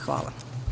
Hvala.